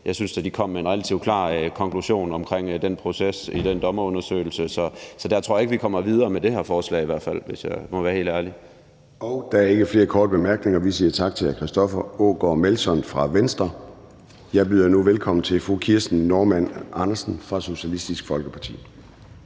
jeg synes da, at de kom med en relativt klar konklusion på den proces i den dommerundersøgelse, så der tror jeg i hvert fald ikke vi kommer videre med det her forslag, hvis jeg må være helt ærlig. Kl. 13:01 Formanden (Søren Gade): Der er ikke flere korte bemærkninger. Vi siger tak til hr. Christoffer Aagaard Melson fra Venstre. Jeg byder nu velkommen til fru Kirsten Normann Andersen fra Socialistisk Folkeparti.